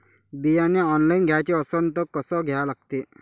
बियाने ऑनलाइन घ्याचे असन त कसं घ्या लागते?